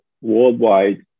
worldwide